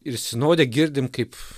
ir sinode girdim kaip